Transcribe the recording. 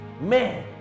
man